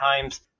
times